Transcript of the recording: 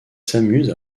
s’amuse